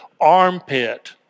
armpit